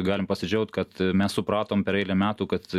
galim pasidžiaugt kad mes supratom per eilę metų kad